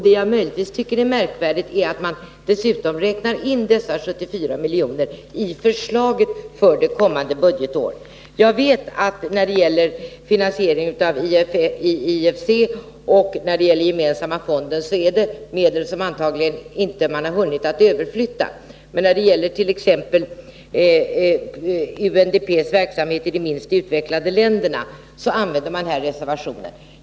Det jag möjligtvis tycker är märkvärdigt är att man dessutom räknar in dessa 74 miljoner i förslaget för det kommande budgetåret. Jag vet att det när det gäller finansieringen av IFC och den gemensamma fonden är fråga om medel som man antagligen inte har hunnit flytta över. Men när det gäller t.ex. UNDP:s verksamhet i de minst utvecklade länderna använder man reservationsmedel.